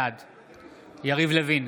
בעד יריב לוין,